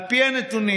על פי הנתונים,